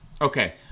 Okay